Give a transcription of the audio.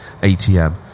ATM